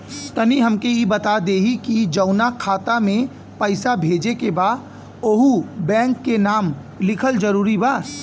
तनि हमके ई बता देही की जऊना खाता मे पैसा भेजे के बा ओहुँ बैंक के नाम लिखल जरूरी बा?